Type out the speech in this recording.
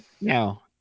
no